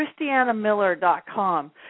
christianamiller.com